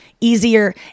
easier